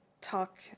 talk